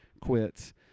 quits